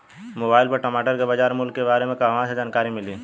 Mobile पर टमाटर के बजार मूल्य के बारे मे कहवा से जानकारी मिली?